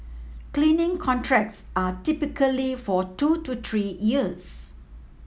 cleaning contracts are typically for two to three years